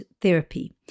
therapy